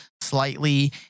slightly